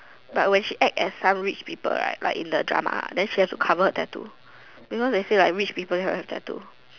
but when she act as some rich people right like in drama then she have to cover the tattoo because they say like rich people don't have tattoo